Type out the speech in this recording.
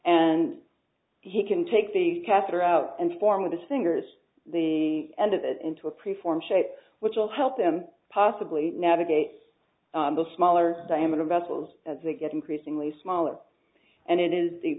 and he can take the catheter out and form with his fingers the end of it into a pre formed shape which will help them possibly navigate the smaller diameter vessels as they get increasingly smaller and it is the